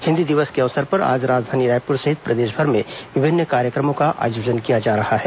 हिन्दी दिवस के अवसर पर आज राजधानी रायपुर सहित प्रदेशभर में विभिन्न कार्यक्रमों का आयोजन किया जा रहा है